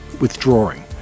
withdrawing